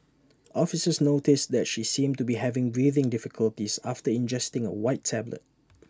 officers noticed that she seemed to be having breathing difficulties after ingesting A white tablet